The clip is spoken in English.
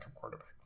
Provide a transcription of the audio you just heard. quarterback